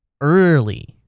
early